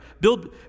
build